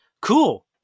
Cool